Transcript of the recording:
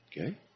Okay